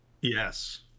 Yes